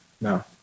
No